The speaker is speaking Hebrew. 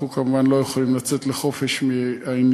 אנחנו, כמובן, לא יכולים לצאת לחופש מהעניין.